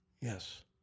Yes